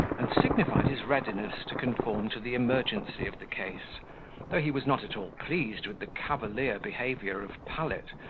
and signified his readiness to conform to the emergency of the case he was not at all pleased with the cavalier behaviour of pallet,